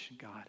God